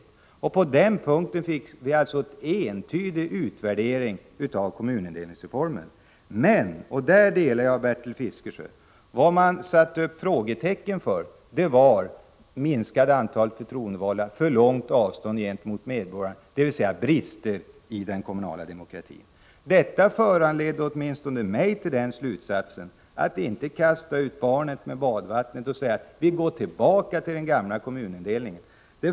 På den punkten var utvärderingen om kommunindelningsreformen entydig, men — och där delar jag Bertil Fiskesjös mening — vad man satte upp frågetecken för gällde det minskade antalet förtroendevalda och det långa avståndet gentemot medborgarna, dvs. brister i den kommunala demokratin. Detta föranledde åtminstone mig att dra slutsatsen att man inte skall kasta ut barnet med badvattnet och säga att vi går tillbaka till den gamla kommunindelningen.